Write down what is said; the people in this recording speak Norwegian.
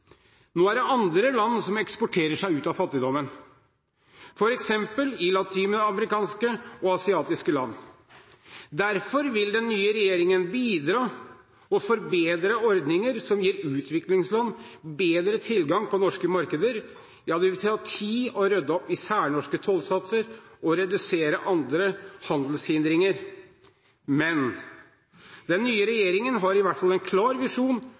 Nå er det andre land som eksporterer seg ut av fattigdommen, f.eks. latinamerikanske og asiatiske land. Derfor vil den nye regjeringen bidra og forbedre ordninger som gir utviklingsland bedre tilgang på norske markeder. Ja, det vil ta tid å rydde opp i særnorske tollsatser og å redusere andre handelshindringer, men den nye regjeringen har i hvert fall en klar visjon